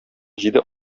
җиде